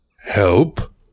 help